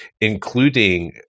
including